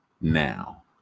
Now